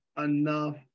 enough